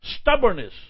stubbornness